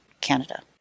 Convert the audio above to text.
Canada